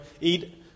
eat